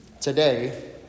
Today